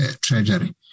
Treasury